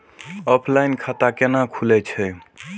Offline खाता कैना खुलै छै?